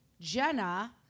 Jenna